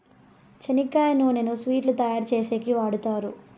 చెనక్కాయ నూనెను స్వీట్లు తయారు చేసేకి వాడుతారు